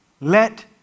Let